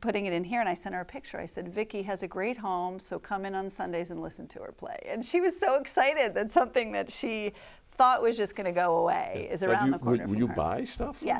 putting it in here and i sent her picture i said vicki has a great home so come in on sundays and listen to her play and she was so excited that something that she thought was just going to go away is around the corner when you buy stuff ye